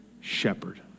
shepherd